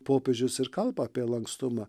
popiežius ir kalba apie lankstumą